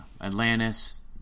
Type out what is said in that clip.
Atlantis